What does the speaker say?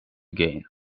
gain